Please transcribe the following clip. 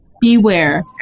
beware